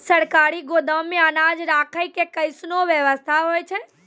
सरकारी गोदाम मे अनाज राखै के कैसनौ वयवस्था होय छै?